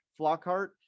flockhart